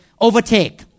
Overtake